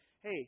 hey